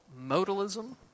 modalism